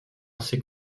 ses